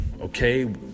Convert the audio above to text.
okay